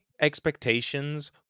expectations